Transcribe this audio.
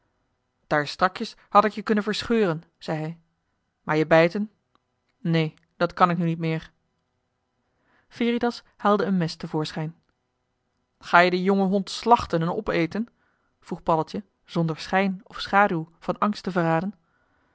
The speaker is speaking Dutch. daar strakjes had ik je kunnen verscheuren zei hij maar je bijten neen dat kan ik nu niet meer veritas haalde een mes te voorschijn ga je den jongen hond slachten en opeten vroeg paddeltje zonder schijn of schaduw van angst te verraden